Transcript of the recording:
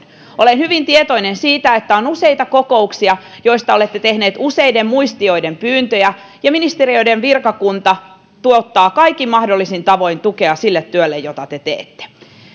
olen hyvin tietoinen siitä että on useita kokouksia joista olette tehnyt useiden muistioiden pyyntöjä ja ministeriöiden virkakunta tuottaa kaikin mahdollisin tavoin tukea sille työlle jota te teette